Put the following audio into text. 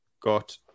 got